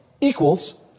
equals